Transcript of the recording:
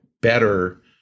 better